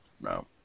No